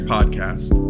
Podcast